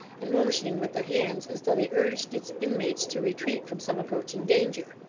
and motioning with their hands as though they urged its inmates to retreat from some approaching danger.